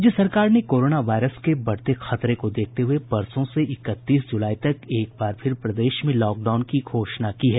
राज्य सरकार ने कोरोना वायरस के बढ़ते खतरे को देखते हुये परसों से इकतीस जुलाई तक एक बार फिर प्रदेश में लॉकडाउन की घोषणा की है